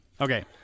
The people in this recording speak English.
okay